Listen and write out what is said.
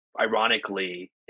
ironically